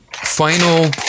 final